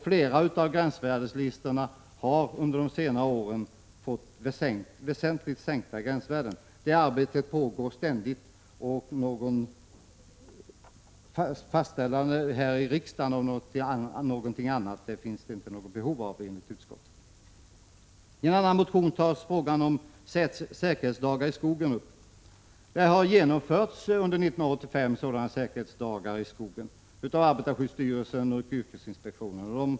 Flera gränsvärden har under senare år fått en väsentlig sänkning. Det arbetet pågår ständigt, och det finns inte behov av något fastställande i riksdagen, enligt utskottet. En annan motion tar upp säkerhetsdagar i skogen. Under 1985 anordnades sådana säkerhetsdagar av arbetarskyddsstyrelsen och yrkesinspektionen.